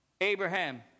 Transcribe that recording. Abraham